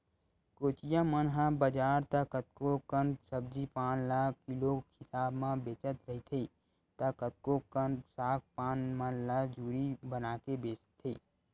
कोचिया मन ह बजार त कतको कन सब्जी पान ल किलो हिसाब म बेचत रहिथे त कतको कन साग पान मन ल जूरी बनाके बेंचथे